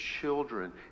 children